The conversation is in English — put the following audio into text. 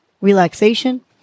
relaxation